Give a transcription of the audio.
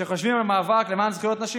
כשחושבים על מאבק למען זכויות נשים